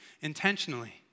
intentionally